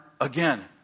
again